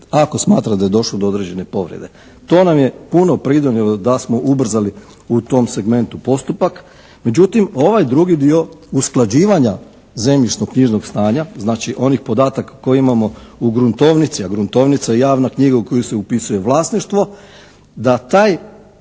ako smatra da je došlo do određene povrede. To nam je puno pridonijelo da smo ubrzali u tom segmentu postupak. Međutim ovaj drugi dio usklađivanja zemljišno-knjižnog stanja, znači onih podataka koje imamo u gruntovnici, a gruntovnica je javna knjiga u koju se upisuje vlasništvo, da taj supstrat